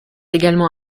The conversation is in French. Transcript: également